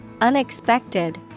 unexpected